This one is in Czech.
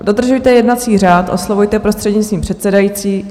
Dodržujte jednací řád, oslovujte prostřednictvím předsedající.